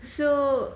so